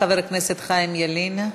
חבר הכנסת חיים ילין.